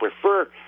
prefer